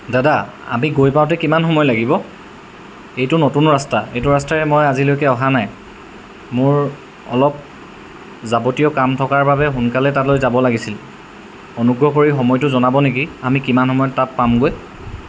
দাদা আমি গৈ পাওঁতে কিমান সময় লাগিব এইটো নতুন ৰাস্তা এইটো ৰাস্তাৰে মই আজিলৈকে অহা নাই মোৰ অলপ যাৱতীয় কাম থকাৰ বাবে সোনকালে তালৈ যাব লাগিছিল অনুগ্ৰহ কৰি সময়টো জনাব নেকি আমি কিমান সময়ত তাত পামগৈ